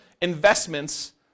investments